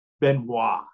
Benoit